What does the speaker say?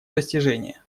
достижения